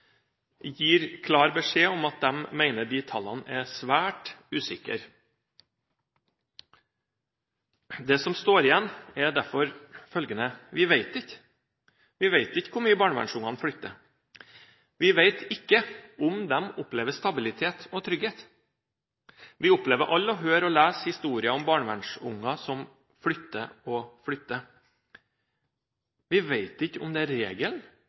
gir klar beskjed om at de mener at de tallene er svært usikre. Det som står igjen, er derfor følgende: Vi vet ikke hvor mye barnevernsbarna flytter. Vi vet ikke om de opplever stabilitet og trygghet. Vi opplever alle å høre og lese historier om barnevernsbarn som flytter og flytter. Vi vet ikke om det er regelen